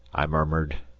i murmured